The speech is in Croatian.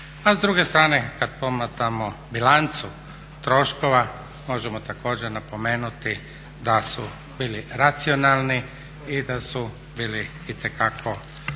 A s druge strane kad promatramo bilancu troškova možemo također napomenuti da su bili racionalni i da su bili itekako